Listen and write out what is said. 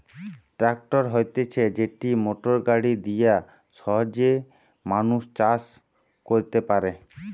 tractor হতিছে যেটি motor গাড়ি দিয়া সহজে মানুষ চাষ কইরতে পারে